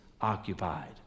occupied